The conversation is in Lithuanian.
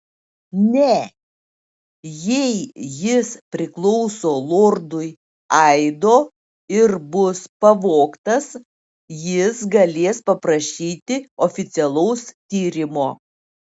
ne jei jis priklauso lordui aido ir bus pavogtas jis galės paprašyti oficialaus tyrimo